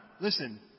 listen